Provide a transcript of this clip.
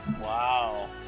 Wow